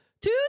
Two